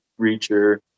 reacher